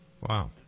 Wow